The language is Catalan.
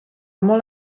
molt